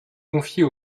confiée